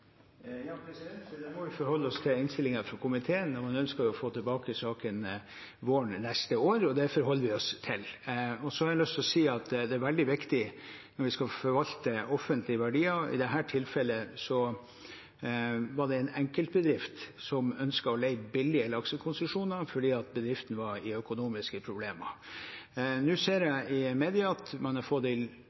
må forholde oss til innstillingen fra komiteen. Man ønsker å få saken tilbake våren neste år, og det forholder vi oss til. Jeg har lyst til å si at det er veldig viktig når vi skal forvalte offentlige verdier, at det i dette tilfellet var en enkeltbedrift som ønsket å leie billige laksekonsesjoner fordi bedriften var i økonomiske problemer. Nå ser jeg i media at man har fått